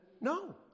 No